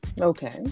okay